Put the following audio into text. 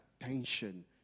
attention